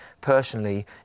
personally